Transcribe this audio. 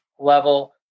level